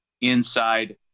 inside